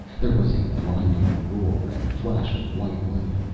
there was a blinding roar and flash of white light.